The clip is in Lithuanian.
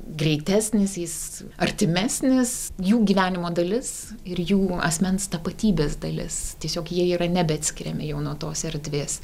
greitesnis jis artimesnis jų gyvenimo dalis ir jų asmens tapatybės dalis tiesiog jie yra nebeatskiriami jau nuo tos erdvės